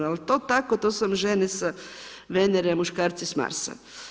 Al to je tako, to su vam žene sa Venere, muškarci s Marsa.